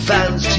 Fans